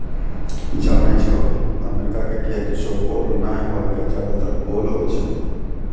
जानै छौ अमेरिका के खेत चौकोर नाय होय कॅ ज्यादातर गोल होय छै